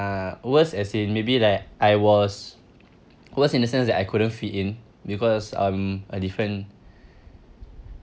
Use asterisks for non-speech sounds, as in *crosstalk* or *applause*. uh worse as in maybe like I was *noise* worse in the sense that I couldn't fit in because um a different